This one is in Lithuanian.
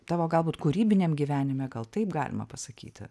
tavo galbūt kūrybiniam gyvenime gal taip galima pasakyti